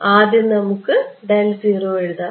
ആദ്യം നമുക്ക് എഴുതാം